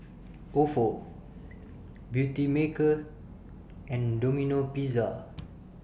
Ofo Beautymaker and Domino Pizza